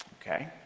okay